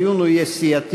הדיון יהיה סיעתי.